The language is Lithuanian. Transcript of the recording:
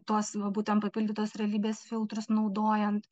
tuos va būtent papildytos realybės filtrus naudojant